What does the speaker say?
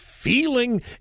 feeling